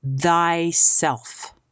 thyself